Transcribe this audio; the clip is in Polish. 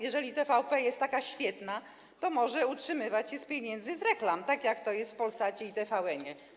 Jeżeli TVP jest taka świetna, to może utrzymywać się z pieniędzy z reklam, tak jak to jest w Polsacie i TVN-ie.